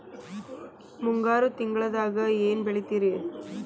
ಮುಂಗಾರು ತಿಂಗಳದಾಗ ಏನ್ ಬೆಳಿತಿರಿ?